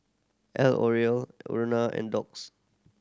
L Oreal Urana and Doux